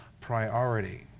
priority